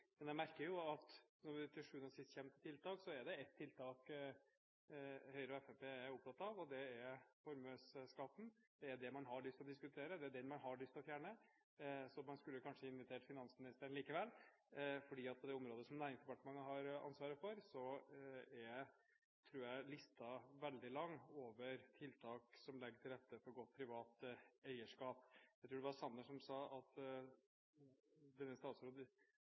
Men jeg merker jo at når det til sjuende og sist kommer til tiltak, er det ett tiltak Høyre og Fremskrittspartiet er opptatt av, og det er formuesskatten. Det er den man har lyst til å diskutere, det er den man har lyst til å fjerne. Så man skulle kanskje invitert finansministeren likevel, for på det området som Næringsdepartementet har ansvaret for, tror jeg listen er veldig lang over tiltak som legger til rette for godt privat eierskap. Jeg tror det var Sanner som sa om meg at